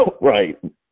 right